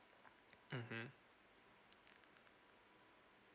mmhmm